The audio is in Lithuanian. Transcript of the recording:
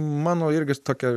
mano irgi tokia